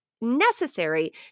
necessary